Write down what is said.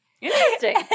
Interesting